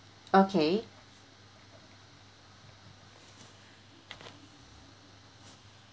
okay